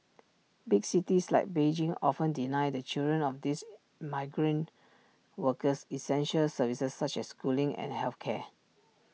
big cities like Beijing often deny the children of these migrant workers essential services such as schooling and health care